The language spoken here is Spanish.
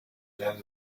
llaves